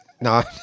No